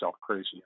crazy